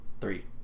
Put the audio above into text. Three